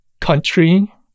country